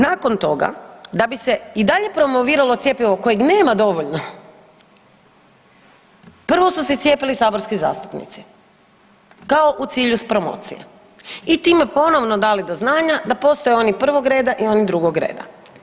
Nakon toga, da bi se i dalje promoviralo cjepivo kojeg nema dovoljno, prvo su se cijepili saborski zastupnici kao u cilju promocije i time ponovno dali do znanja da postoje oni prvog reda i oni drugog reda.